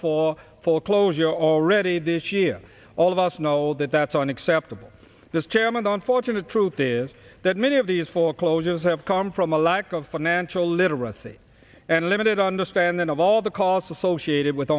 for foreclosure already this year all of us know that that's unacceptable this chairman the unfortunate truth is that many of these foreclosures have come from a lack of financial literacy and limited understanding of all the costs associated with